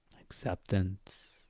acceptance